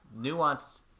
nuanced